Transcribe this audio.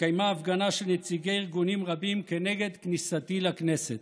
התקיימה הפגנה של נציגי ארגונים רבים כנגד כניסתי לכנסת.